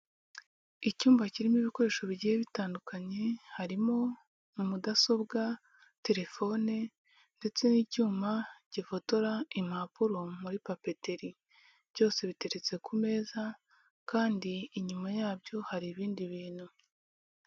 Icyumba kirimo ibikoresho bigiye bitandukanye harimo mudasobwa, telefone ndetse n'icyuma gifotora impapuro muri papeteri, byose biteretse ku meza kandi inyuma yabyo hari ibindi bintu.